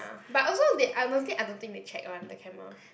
ah but also they honestly I don't think they check [one] the camera